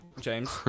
James